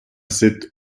cette